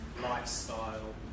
lifestyle